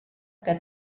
que